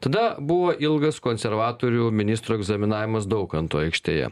tada buvo ilgas konservatorių ministrų egzaminavimas daukanto aikštėje